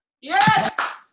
Yes